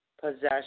Possession